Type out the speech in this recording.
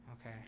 Okay